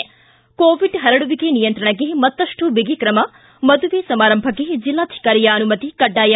ಿಗಿ COVID ಪರಡುವಿಕೆ ನಿಯಂತ್ರಣಕ್ಕೆ ಮತ್ತಷ್ಟು ಬಿಗಿ ಕ್ರಮ ಮದುವೆ ಸಮಾರಂಭಕ್ಕೆ ಜಿಲ್ಲಾಧಿಕಾರಿಯ ಅನುಮತಿ ಕಡ್ಡಾಯ